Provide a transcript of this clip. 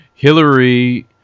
Hillary